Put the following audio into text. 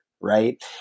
right